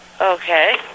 Okay